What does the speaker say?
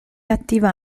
attiva